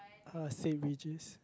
uh Saint-Regis